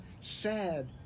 sad